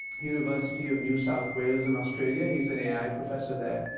university of new south wales in australia. he's an ai professor there.